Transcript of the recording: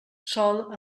sol